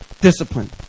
Discipline